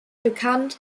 bekannt